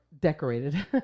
Decorated